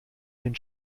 den